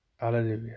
alleluia